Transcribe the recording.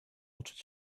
uczyć